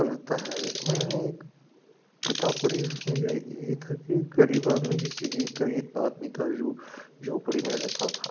रहता है मैंने एक किताब पढ़ी उसमें ये था कि गरीब आदमी जैसे कि गरीब आदमी था जो झोपड़ी में रहता था